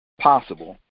possible